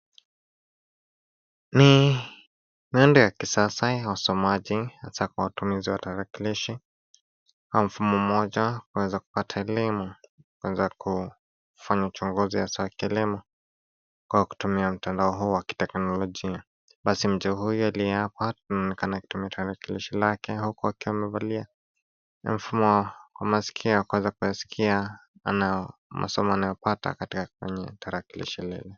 Ni miundo ya kisasa ya usomaji hasa kwa watumizi wa tarakilishi kwa mfumo moja waweza kupata elimu kwanza kufanya uchunguzi hasa wa kilimo kwa kutumia mtandao huu wa kiteknolojia. Basi mtu huyu aliye hapa anaomekana akitumia tarakilishi lake akiwa amevalia kwa maskio ili aweze kuyasikia masomo anayo yapata kwenye tarakilishi lake.